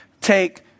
take